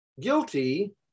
guilty